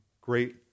great